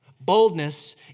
Boldness